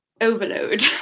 overload